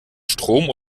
strom